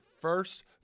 first